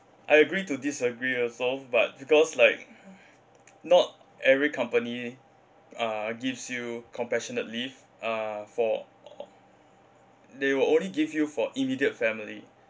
I agree to disagree also but because like not every company uh gives you compassionate leave uh for they will only give you for immediate family